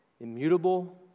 immutable